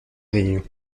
réunion